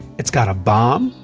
it's got a bomb.